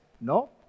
No